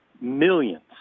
millions